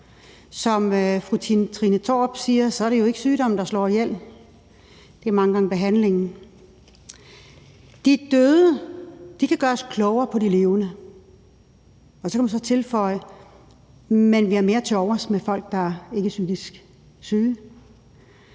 Som fru Trine Torp siger, er det jo ikke sygdommen, der slår ihjel; det er mange gange behandlingen. De døde kan gøre os klogere på de levende, og så kan man så tilføje: men vi har mere tilovers for folk, der ikke er psykisk syge.